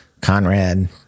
Conrad